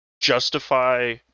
justify